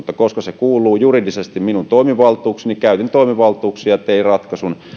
koska se kuuluu juridisesti minun toimivaltuuksiini käytin toimivaltuuksiani ja tein ratkaisun